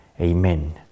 Amen